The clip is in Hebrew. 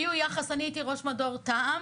היה יחס - אני הייתי ראש מדור תע"מ